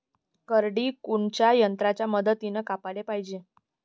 करडी कोनच्या यंत्राच्या मदतीनं कापाले पायजे?